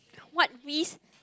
what risk